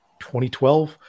2012